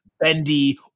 bendy